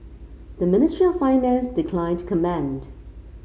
the Ministry of Finance declined to comment